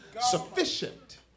Sufficient